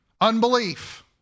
Unbelief